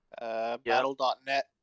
Battle.net